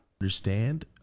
Understand